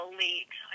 league